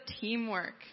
teamwork